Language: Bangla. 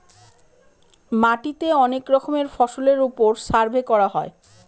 মাটিতে অনেক রকমের ফসলের ওপর সার্ভে করা হয়